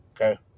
Okay